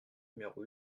numéro